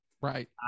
right